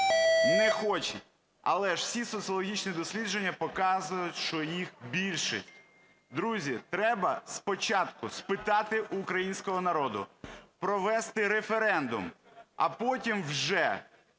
не хоче. Але ж всі соціологічні дослідження показують, що їх більшість. Друзі, треба спочатку спитати в українського народу, провести референдум, а потім вже